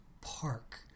park